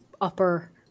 upper